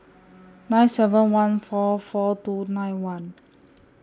nine seven one four four two nine one